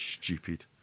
stupid